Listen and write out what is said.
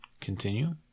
continue